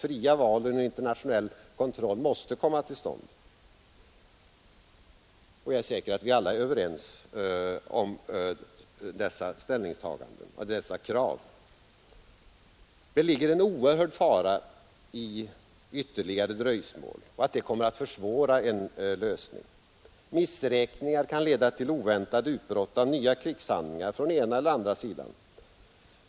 Fria val under internationell kontroll måste komma till stånd. Jag är säker på att vi alla är ense om dessa ställningstaganden och krav. Det ligger en oerhörd fara i att ytterligare dröjsmål kommer att försvåra en lösning. Missräkningar kan leda till oväntade utbrott av nya krigshandlingar från den ena eller andra sidan.